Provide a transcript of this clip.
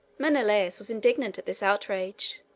menelaus was indignant at this outrage.